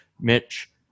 Mitch